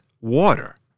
water